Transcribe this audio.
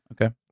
Okay